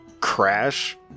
crash